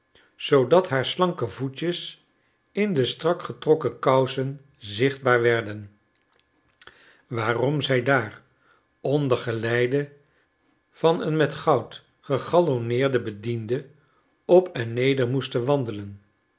zoodat haar slanke voetjes in de strak getrokken kousen zichtbaar werden waarom zij daar onder geleide van een met goud gegalloneerden bediende op en neder moesten wandelen